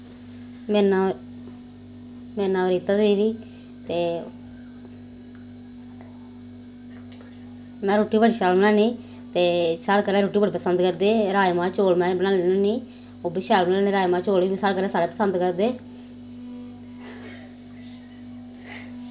मेरा नांऽ मेरा नांऽ रीता देवी ते में रुट्टी बड़ी शैल बनान्नी ते साढ़ै घरै दे रुट्टी बड़ी पसंद करदे राजमाह् चौल में बनान्नी होन्नी ओह् बी शैल बनानी होन्नी राजमाह् चौल बी साढ़ै घरै दे बड़े पसंद करदे